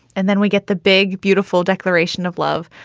and then we get the big, beautiful declaration of love.